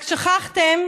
רק שכחתם